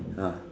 !huh!